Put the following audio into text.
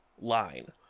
line